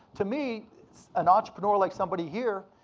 to me, an entrepreneur, like somebody here,